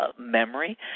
memory